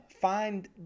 find